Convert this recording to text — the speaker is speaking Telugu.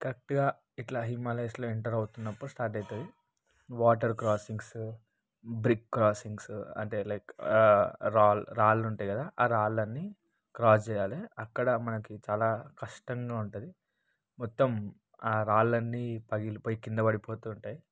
కరెక్ట్గా ఇట్లా హిమాలయాస్లో ఎంటర్ అవుతున్నప్పుడు స్టార్ట్ అవుతుంది వాటర్ క్రాసింగ్సు బ్రిక్ క్రాసింగ్సు అంటే లైక్ రాల్ రాళ్ళు ఉంటాయి కదా ఆ రాళ్ళు అన్ని క్రాస్ చేయాలి అక్కడ మనకి చాలా కష్టంగా ఉంటుంది మొత్తం ఆ రాళ్ళన్ని పగిలిపోయి కింద పడిపోతూ ఉంటాయి